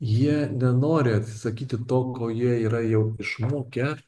jie nenori atsisakyti to ko jie yra jau išmokę